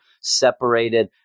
separated